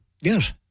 Yes